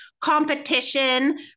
competition